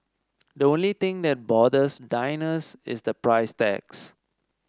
the only thing that bothers diners is the price tags